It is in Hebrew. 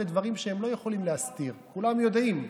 אלה דברים שהם לא יכולים להסתיר, כולם יודעים.